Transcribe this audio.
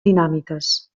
dinàmiques